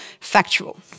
factual